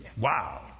Wow